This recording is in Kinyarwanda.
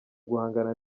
guhangana